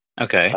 okay